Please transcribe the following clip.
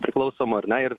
priklausomų ar ne ir